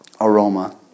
aroma